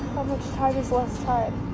much time is less time?